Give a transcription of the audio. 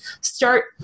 start